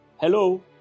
hello